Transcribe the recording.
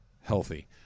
healthy